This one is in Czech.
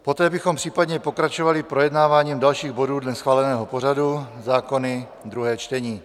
Poté bychom případně pokračovali projednáváním dalších bodů dle schváleného pořadu, zákony druhé čtení.